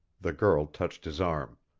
the girl touched his arm.